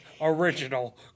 Original